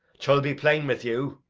chill be plain with you.